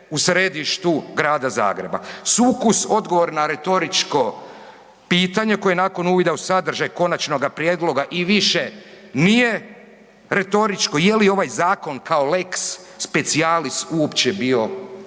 u središtu Gradu Zagreba. Sukus odgovor na retoričko pitanje koje nakon uvida u sadržaj konačnoga prijedloga i više nije retoričko, je li ovaj zakon kao lex specialis uopće bio potreban.